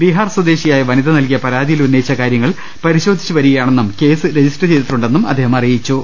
ബിഹാർ സ്വദേ ശിയായ വനിത നൽകിയ പരാതിയിൽ ഉന്നയിച്ച കാര്യങ്ങൾ പരിശോധി ച്ചുവരികയാണെന്നും കേസ് രജിസ്റ്റർ ചെയ്തിട്ടുണ്ടെന്നും അദ്ദേഹം അറി യിച്ചു